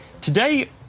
Today